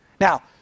Now